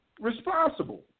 responsible